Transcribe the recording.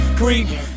creep